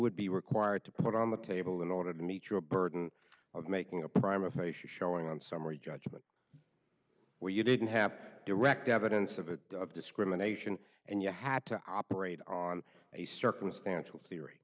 would be required to put on the table in order to meet your burden of making a prime of patient showing on summary judgment where you didn't have direct evidence of the discrimination and you had to operate on a circumstantial theory